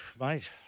mate